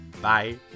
Bye